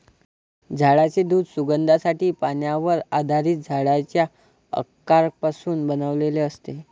झाडांचे दूध सुगंधासाठी, पाण्यावर आधारित झाडांच्या अर्कापासून बनवलेले असते